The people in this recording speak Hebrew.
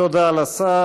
תודה לשר.